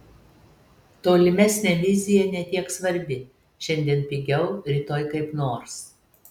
tolimesnė vizija ne tiek svarbi šiandien pigiau rytoj kaip nors